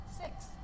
Six